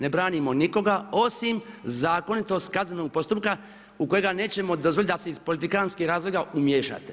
Ne branimo nikoga, osim zakonitost kaznenog postupka u kojega nećemo dozvoliti da se iz politikantskog razloga umiješate.